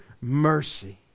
mercy